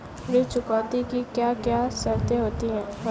ऋण चुकौती की क्या क्या शर्तें होती हैं बताएँ?